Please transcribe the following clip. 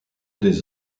des